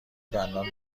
دندان